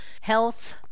health